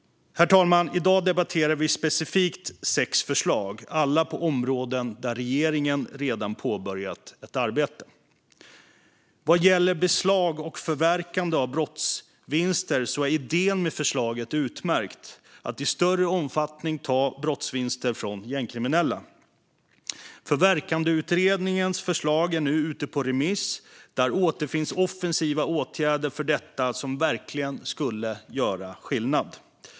Herr talman! I dag debatterar vi specifikt sex förslag, alla på områden där regeringen redan har påbörjat ett arbete. Låt mig börja med förslaget om beslag och förverkande av brottsvinster. Idén att i större omfattning ta brottsvinster från gängkriminella är utmärkt. Förverkandeutredningens förslag är nu ute på remiss. Där återfinns offensiva åtgärder för detta som verkligen skulle göra skillnad.